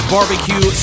Barbecue